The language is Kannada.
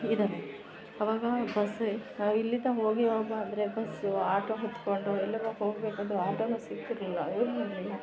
ಇದಾವೆ ಅವಾಗ ಬಸ್ಸೆ ನಾವು ಇಲ್ಲಿಂದ ಹೋಗಿ ಬಾ ಅಂದರೆ ಬಸ್ಸು ಆಟೋ ಹತ್ಕೊಂಡು ಎಲ್ಲಾರು ಹೋಗ್ಬೇಕು ಅಂದರೆ ಆಟೋನು ಸಿಕ್ತಿರಲಿಲ್ಲ ಏನು ಮಾಡೋದು